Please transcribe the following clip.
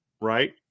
Right